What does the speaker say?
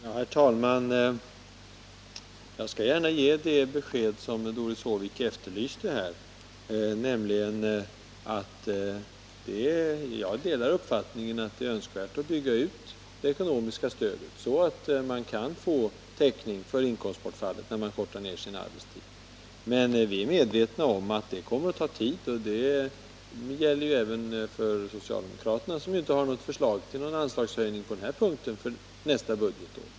Herr talman! Jag skall gärna ge det besked som Doris Håvik här efterlyste, nämligen att jag delar uppfattningen att det är önskvärt att bygga ut det ekonomiska stödet så att man kan få täckning för inkomstbortfall när man kortar ner sin arbetstid. Men vi är medvetna om att det kommer att ta tid. Och det gäller även för socialdemokraterna, som på denna punkt inte har något förslag till anslagshöjning för nästa budgetår.